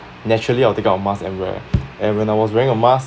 naturally I will take out a mask and wear and when I was wearing a mask